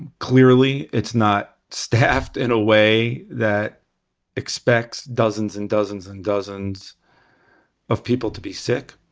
clearly it's not staffed in a way that expects dozens and dozens and dozens of people to be sick.